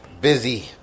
busy